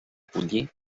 pollí